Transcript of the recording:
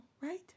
Right